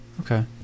Okay